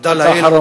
תודה לאל,